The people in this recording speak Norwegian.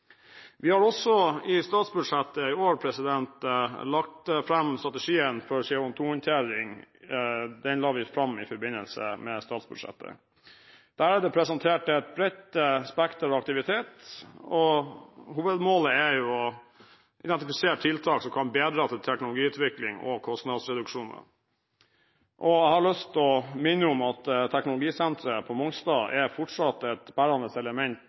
Vi har også i statsbudsjettet i år lagt fram strategien for CO2-håndtering. Den la vi fram i forbindelse med statsbudsjettet. Der er det presentert et bredt spekter av aktiviteter, og hovedmålet er å identifisere tiltak som kan bedre teknologiutviklingen og kostnadsreduksjonene. Jeg har lyst til å minne om at teknologisenteret på Mongstad fortsatt er et bærende element